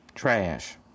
Trash